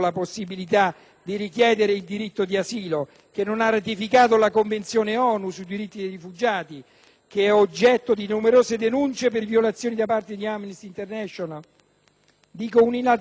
che è oggetto di numerose denunce per violazioni da parte di Amnesty International? Definisco poi questo Trattato unilaterale sulla base di riflessioni relative a ciò che sancisce il diritto internazionale.